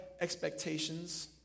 expectations